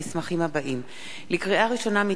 לקריאה ראשונה,